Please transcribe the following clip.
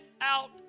out